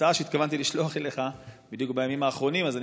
ההצעה שהתכוונתי לשלוח אליך בדיוק בימים האחרונים ואני